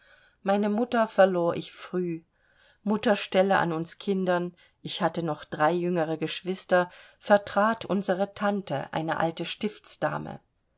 meine mutter verlor ich früh mutterstelle an uns kindern ich hatte noch drei jüngere geschwister vertrat unsere tante eine alte stiftsdame